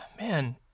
Man